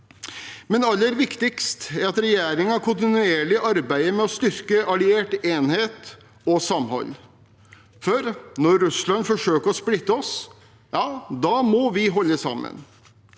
Aller viktigst er det at regjeringen kontinuerlig arbeider med å styrke alliert enhet og samhold, for når Russland forsøker å splitte oss, da må vi holde sammen.